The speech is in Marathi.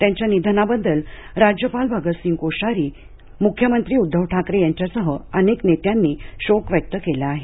त्यांच्या निधनाबद्दल राज्यपाल भगतसिंग कोश्यारी मुख्यमंत्री उद्धव ठाकरे यांच्यासह अनेक नेत्यांनी शोक व्यक्त केला आहे